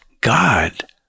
God